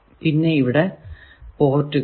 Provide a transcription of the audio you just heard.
പിന്നെ ഇവിടെ പോർട്ടുകൾ